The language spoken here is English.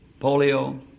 Polio